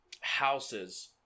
houses